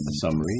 summary